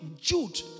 Jude